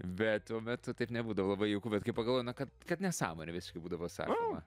bet tuomet tu taip nebūdavo labai jauku bet kai pagalvoji na kad kad nesąmonė visiškai būdavo sakoma